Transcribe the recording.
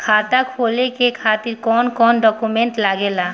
खाता खोले के खातिर कौन कौन डॉक्यूमेंट लागेला?